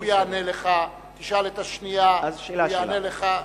הוא יענה לך, תשאל את השנייה, הוא יענה לך.